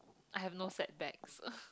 I have no setbacks